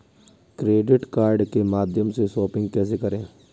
Credit card के माध्यम से शॉपिंग कैसे करें?